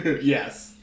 Yes